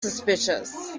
suspicious